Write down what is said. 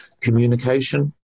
communication